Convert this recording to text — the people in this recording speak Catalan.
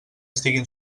estiguin